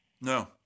No